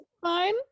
Fine